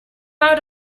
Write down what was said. out